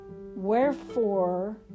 Wherefore